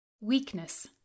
Weakness